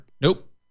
Nope